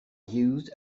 used